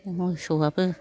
मोसौआबो